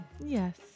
Yes